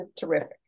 terrific